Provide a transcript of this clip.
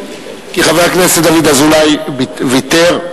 כי חבר הכנסת דוד אזולאי ויתר.